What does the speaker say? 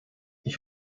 ich